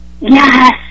Yes